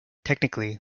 technically